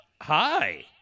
hi